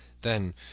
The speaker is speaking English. Then